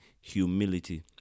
humility